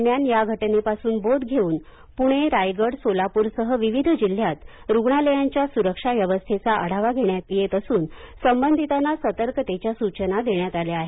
दरम्यान या घटनेपासून बोध घेऊन पूणे रायगड सोलापूर सह विविध जिल्हयात रुग्णालयांच्या सुरक्षा व्यवस्थेचा आढावा घेण्यात येत असून संबंधितांना सतर्कतेच्या सूचना देण्यात आल्या आहेत